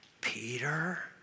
Peter